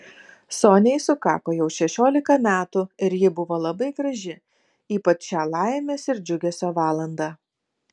soniai sukako jau šešiolika metų ir ji buvo labai graži ypač šią laimės ir džiugesio valandą